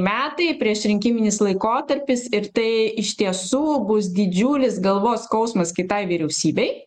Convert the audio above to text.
metai priešrinkiminis laikotarpis ir tai iš tiesų bus didžiulis galvos skausmas kitai vyriausybei